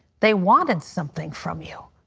they wanted something from you.